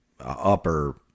upper